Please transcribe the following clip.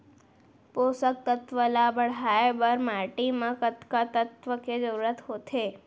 पोसक तत्व ला बढ़ाये बर माटी म कतका तत्व के जरूरत होथे?